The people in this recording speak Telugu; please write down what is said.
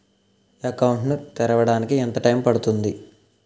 అకౌంట్ ను తెరవడానికి ఎంత టైమ్ పడుతుంది?